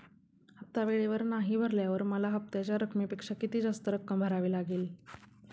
हफ्ता वेळेवर नाही भरल्यावर मला हप्त्याच्या रकमेपेक्षा किती जास्त रक्कम भरावी लागेल?